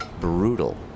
brutal